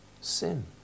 sin